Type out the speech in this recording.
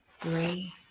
three